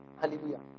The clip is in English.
Hallelujah